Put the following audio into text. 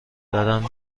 دارم